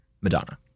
Madonna